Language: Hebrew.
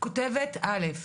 כותבת א':